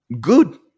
good